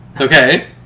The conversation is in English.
okay